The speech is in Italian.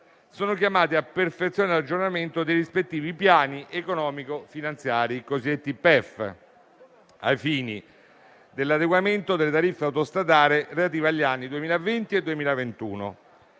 sono chiamati a perfezione l'aggiornamento dei rispettivi piani economico-finanziari, cosiddetti PEF, ai fini dell'adeguamento delle tariffe autostradali relative agli anni 2020 e 2021.